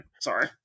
Sorry